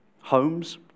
Homes